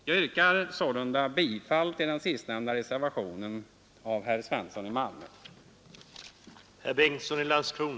Jag yrkar således bifall till reservationen av herr Svensson i Malmö.